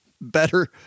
better